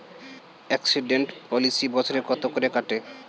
Accident policy বছরে কত করে কাটে?